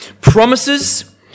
promises